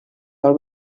del